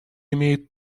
имеет